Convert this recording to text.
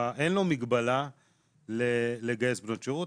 אין לו מגבלה לגייס בנות שירות,